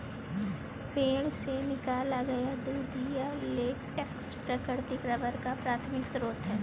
पेड़ से निकाला गया दूधिया लेटेक्स प्राकृतिक रबर का प्राथमिक स्रोत है